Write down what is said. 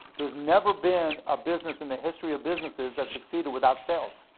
there's never been a business in the history of businesses that succeeded without sales.